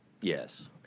Yes